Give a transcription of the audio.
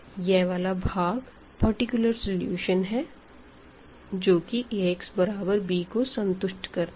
यह वाला भाग पर्टिकुलर सलूशन है जो कि Ax बराबर b को संतुष्ट करता है